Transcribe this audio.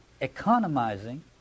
economizing